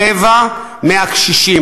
רבע מהקשישים.